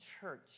church